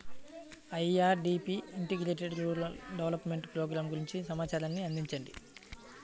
IRDP integrated rural development programme గురించి సమాచారాన్ని అందించండి?